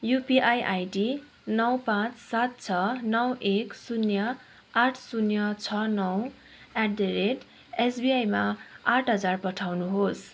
UPI ID नौ पाँच सात छ नौ एक शून्य आठ शून्य छ नौ एट द रेट एसबिआईमा आठ हजार पठाउनुहोस्